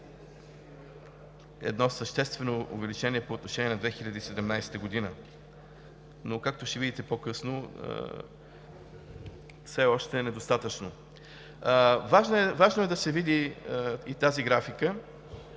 едно съществено увеличение по отношение на 2017 г., но както ще видите по-късно, все още е недостатъчно. Важно е да се види и графиката,